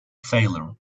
failure